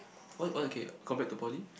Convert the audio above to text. what what okay compared to poly